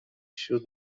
should